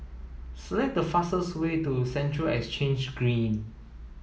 select the fastest way to Central Exchange Green